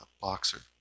boxer